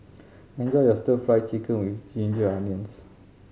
enjoy your Stir Fry Chicken with ginger onions